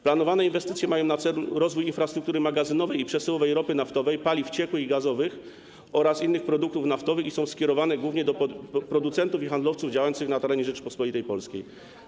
Planowane inwestycje mają na celu rozwój infrastruktury magazynowej i przesyłowej ropy naftowej, paliw ciekłych i gazowych oraz innych produktów naftowych i są skierowane głównie do producentów i handlowców działających na terenie Rzeczypospolitej Polskiej.